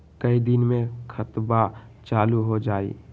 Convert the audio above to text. कई दिन मे खतबा चालु हो जाई?